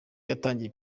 hatangiye